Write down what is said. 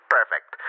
Perfect